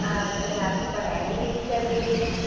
आजकल आपकी पढ़ाई वढ़ाई कैसी चल रही है